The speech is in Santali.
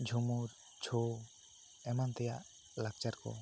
ᱡᱷᱩᱢᱩᱨ ᱡᱷᱳ ᱮᱢᱟᱱ ᱛᱮᱭᱟᱜ ᱞᱟᱠᱪᱟᱨ ᱠᱚ